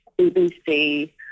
BBC